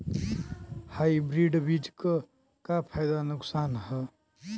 Hybrid बीज क का फायदा नुकसान ह?